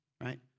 right